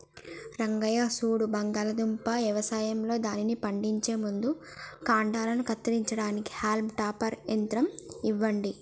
రంగయ్య సూడు బంగాళాదుంప యవసాయంలో దానిని పండించే ముందు కాండలను కత్తిరించడానికి హాల్మ్ టాపర్ యంత్రం ఇవ్వండి